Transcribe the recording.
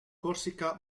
corsica